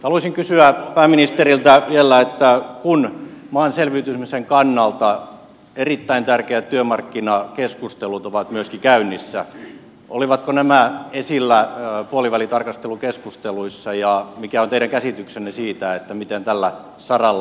haluaisin kysyä pääministeriltä vielä kun maan selviytymisen kannalta erittäin tärkeät työmarkkinakeskustelut ovat myöskin käynnissä olivatko nämä esillä puolivälitarkastelukeskusteluissa ja mikä on teidän käsityksenne siitä miten tällä saralla edetään